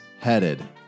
headed